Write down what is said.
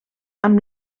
amb